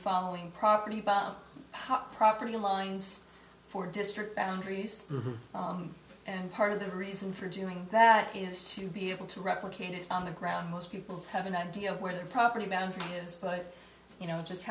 following property hot property lines for district boundaries and part of the reason for doing that is to be able to replicate it on the ground most people have an idea of where the property boundary is but you know just